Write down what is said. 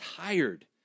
tired